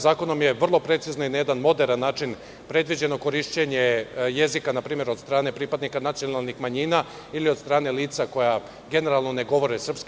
Zakonom je vrlo precizno i na jedan moderan način predviđeno korišćenje jezika, npr. od strane pripadnika nacionalnih manjina, ili od strane lica koja generalno ne govore srpski.